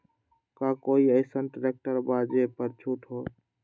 का कोइ अईसन ट्रैक्टर बा जे पर छूट हो?